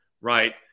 right